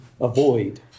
avoid